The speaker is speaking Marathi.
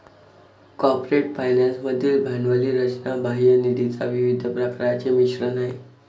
कॉर्पोरेट फायनान्स मधील भांडवली रचना बाह्य निधीच्या विविध प्रकारांचे मिश्रण आहे